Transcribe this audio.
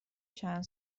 چند